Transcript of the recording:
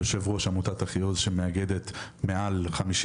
יו"ר של עמותת אחיעוז שמאגדת מעל 50